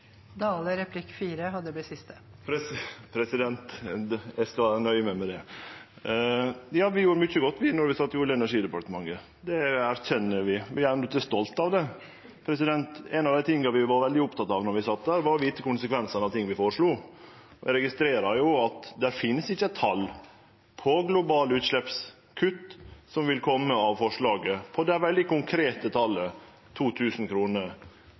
eg skal nøye meg med det. Vi gjorde mykje godt då vi sat i Olje- og energidepartementet. Det erkjenner vi, og vi er stolte av det. Ein av dei tinga vi var veldig opptekne av då vi sat der, var å vite kva konsekvensane var av det vi føreslo. Eg registrerer at det finst ikkje eit tal på globale utsleppskutt, som vil kome av forslaget om det veldig konkrete talet,